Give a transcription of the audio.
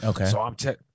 Okay